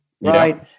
right